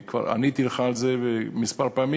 אני כבר עניתי לך על זה כמה פעמים,